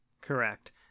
Correct